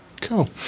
Cool